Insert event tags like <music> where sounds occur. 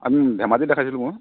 <unintelligible> ধেমাজিত দেখাইছিলোঁ মই